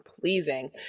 pleasing